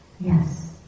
yes